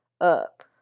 up